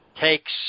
takes